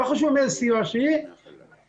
לא חשוב מאיזה סיבה שהיא,